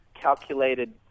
calculated